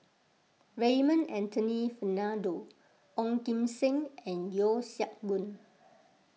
Raymond Anthony Fernando Ong Kim Seng and Yeo Siak Goon